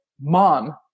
mom